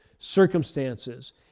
circumstances